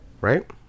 right